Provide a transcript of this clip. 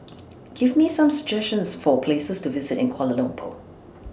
Give Me Some suggestions For Places to visit in Kuala Lumpur